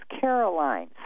Caroline